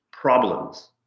problems